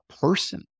person